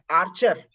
archer